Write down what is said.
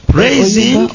Praising